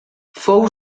fou